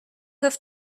have